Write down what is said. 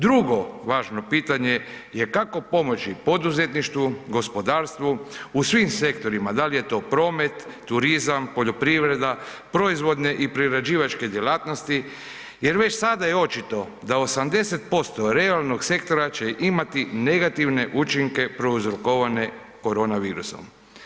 Drugo važno pitanje je kako pomoći poduzetništvu, gospodarstvu, u svim sektorima, dal je to promet, turizam, poljoprivreda, proizvodne i prerađivačke djelatnosti jer već sada je očito da 80% realnog sektora će imati negativne učinke prouzrokovane koronavirusom.